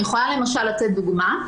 אני יכולה לתת דוגמה.